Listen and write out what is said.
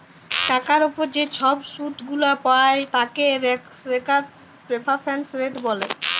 টাকার উপর যে ছব শুধ গুলা পায় তাকে রেফারেন্স রেট ব্যলে